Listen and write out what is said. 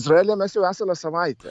izraelyje mes jau esame savaitę